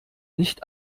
nicht